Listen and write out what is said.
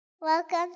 Welcome